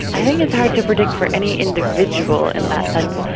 i think it's hard to predict for any individual in that sense.